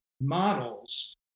models